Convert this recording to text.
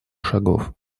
шагов